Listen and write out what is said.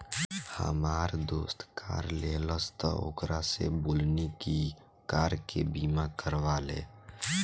हामार दोस्त कार लेहलस त ओकरा से बोलनी की कार के बीमा करवा ले